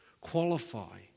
qualify